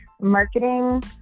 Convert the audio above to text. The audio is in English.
marketing